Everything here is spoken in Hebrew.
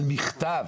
על מכתב.